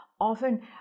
often